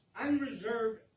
unreserved